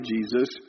Jesus